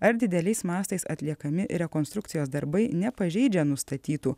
ar dideliais mastais atliekami rekonstrukcijos darbai nepažeidžia nustatytų